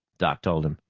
doc told him.